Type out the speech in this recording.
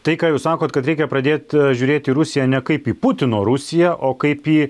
tai ką jūs sakote kad reikia pradėti žiūrėti į rusiją ne kaip į putino rusiją o kaip į